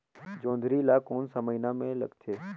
जोंदरी ला कोन सा महीन मां लगथे?